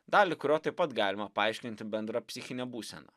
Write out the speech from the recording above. dalį kurio taip pat galima paaiškinti bendra psichine būsena